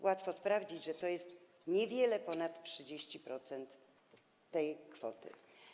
Łatwo sprawdzić, że to jest niewiele ponad 30% tej kwoty.